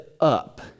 up